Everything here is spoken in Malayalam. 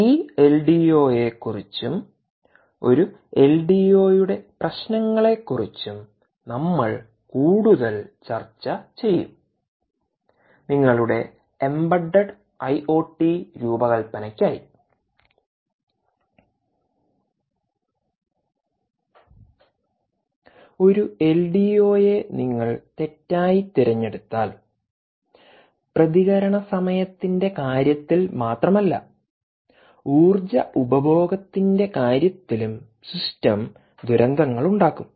ഈ എൽഡിഒയെക്കുറിച്ചും ഒരു എൽഡിഒയുടെ പ്രശ്നങ്ങളെക്കുറിച്ചും നമ്മൾ കൂടുതൽ ചർച്ച ചെയ്യും നിങ്ങളുടെ എംബഡഡ് ഐഒടി രൂപകൽപ്പനയ്ക്കായി ഒരു എൽഡിഒയെ നിങ്ങൾ തെറ്റായി തിരഞ്ഞെടുത്താൽ പ്രതികരണ സമയത്തിന്റെ കാര്യത്തിൽ മാത്രമല്ല ഊർജ്ജ ഉപഭോഗത്തിന്റെ കാര്യത്തിലും സിസ്റ്റം ദുരന്തങ്ങളുണ്ടാക്കും